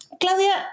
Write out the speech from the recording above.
Claudia